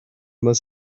must